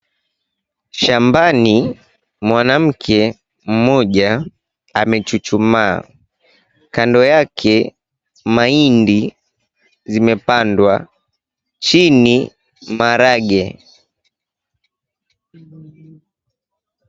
Shambani, mwanamke mmoja amechuchumaa. Kando yake, mahindi zimepandwa. Chini, maharage.